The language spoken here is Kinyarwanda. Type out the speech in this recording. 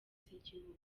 z’igihugu